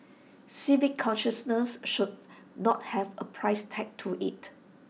civic consciousness should not have A price tag to IT